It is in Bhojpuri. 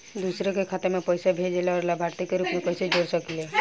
दूसरे के खाता में पइसा भेजेला और लभार्थी के रूप में कइसे जोड़ सकिले?